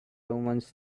romans